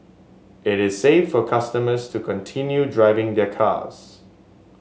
it is safe for customers to continue driving their cars